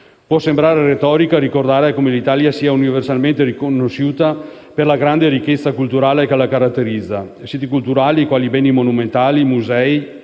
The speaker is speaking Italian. Può sembrare retorica ricordare come l'Italia sia universalmente conosciuta per la grande ricchezza culturale che la caratterizza: siti culturali quali beni monumentali, musei,